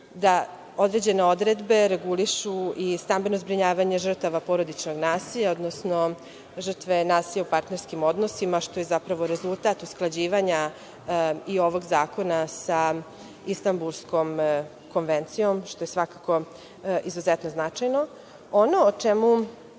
da određene odredbe regulišu stambeno zbrinjavanje žrtava porodičnog nasilja, odnosno žrtve nasilja u partnerskim odnosima, što je zapravo rezultat usklađivanja ovog zakona sa Istambulskom konvencijom, što je svakako izuzetno značajno, kao i